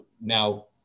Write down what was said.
now